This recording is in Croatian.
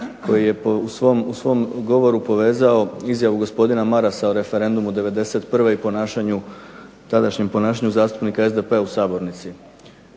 koji je u svom govoru povezao izjavu gospodina Marasa o referendumu 91. i tadašnjem ponašanju zastupnika SDP-a u Sabornici.